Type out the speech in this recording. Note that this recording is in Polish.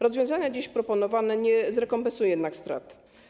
Rozwiązania dziś proponowane nie zrekompensują jednak strat.